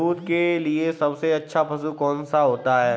दूध के लिए सबसे अच्छा पशु कौनसा है?